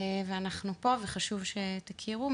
ואנחנו פה וחשוב שתכירו.